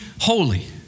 holy